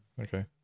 Okay